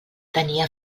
tenia